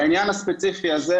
בעניין הספציפי הזה,